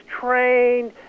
trained